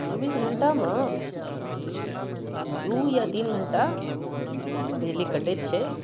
चौबीस घंटामे दू या तीन घंटा बिजली कटैत छै